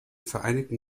vereinigten